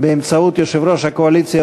באמצעות יושב-ראש הקואליציה,